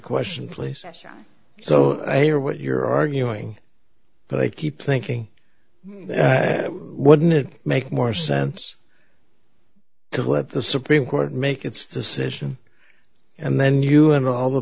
question please so i hear what you're arguing but i keep thinking wouldn't it make more sense to let the supreme court make its decision and then you and all the